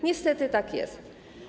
Niestety tak jest.